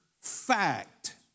fact